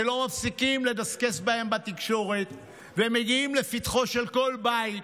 שלא מפסיקים לדסקס בתקשורת והם מגיעים לפתחו של כל בית,